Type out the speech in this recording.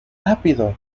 rápido